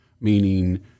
Meaning